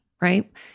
right